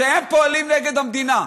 שהם פועלים נגד המדינה.